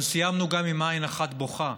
אבל סיימנו גם עם עין אחת בוכה,